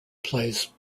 plays